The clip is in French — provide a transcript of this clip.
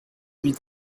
huit